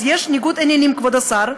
אז יש ניגוד עניינים, כבוד השר.